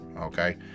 okay